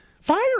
fire